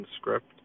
script